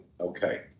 Okay